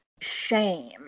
shame